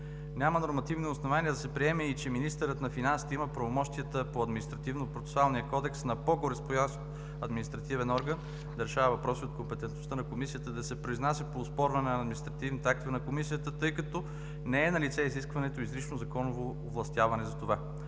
Няма и нормативни основания да се приеме, че министърът на финансите има правомощията по Административнопроцесуалния кодекс на по-горестоящ административен орган да решава въпроси от компетентността на Комисията и да се произнася по оспорване на административните актове на Комисията, тъй като не е налице изискваното изрично законово овластяване за това.